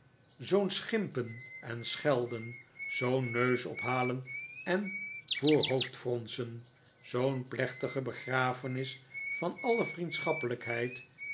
zoo'n schimpen en schelden zoo'n neusophalen en voorhoofdfronsen zoo'n plechtige begrafenis van alle